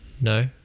no